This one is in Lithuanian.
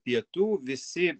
pietų visi